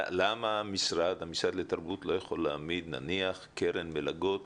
למה המשרד לתרבות לא יכול להעמיד נניח קרן מלגות